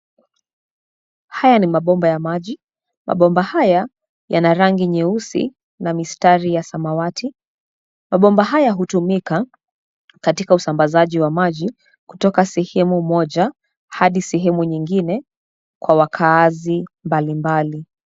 Haya ni mabomba ya maji, mabomba haya yana rangi nyeusi na mistari ya samawati. Mabomba haya hutumika katika usambazaji wa maji, kutoka sehemu moja hadi sehemu nyingine kwa wakaazi mbalimbali.